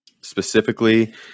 specifically